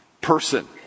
person